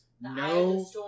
no